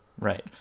Right